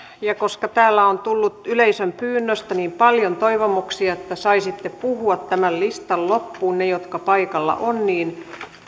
koska täällä on tullut yleisön pyynnöstä niin paljon toivomuksia että saisitte puhua tämän listan loppuun ne jotka paikalla ovat niin